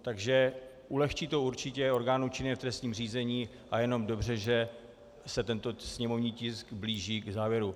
Takže ulehčí to určitě orgánům činným v trestním řízení a je jenom dobře, že se tento sněmovní tisku blíží k závěru.